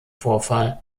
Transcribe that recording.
vorfall